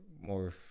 more